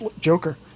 joker